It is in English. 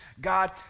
God